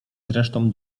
zresztą